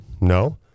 No